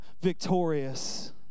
victorious